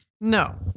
No